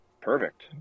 perfect